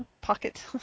pocket